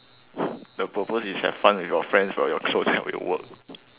the purpose is have fun with your friends while your clone help you work